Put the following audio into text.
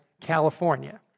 California